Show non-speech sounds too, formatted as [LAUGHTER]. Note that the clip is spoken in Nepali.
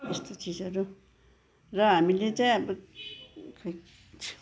यस्तो चिजहरू र हामीले चाहिँ अब खै [UNINTELLIGIBLE]